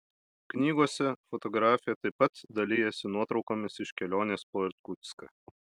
knygose fotografė taip pat dalijasi nuotraukomis iš kelionės po irkutską